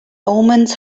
omens